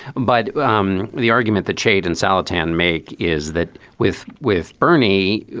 but um the argument that chage and solitano make is that with with bernie,